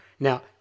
Now